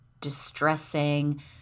distressing